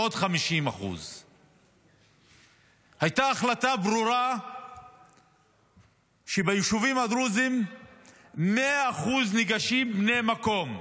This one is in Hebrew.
עוד 50%. הייתה החלטה ברורה שביישובים הדרוזיים ניגשים 100% בני המקום.